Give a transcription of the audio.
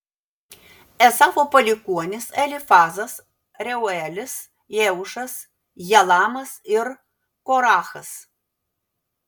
ezavo palikuonys elifazas reuelis jeušas jalamas ir korachas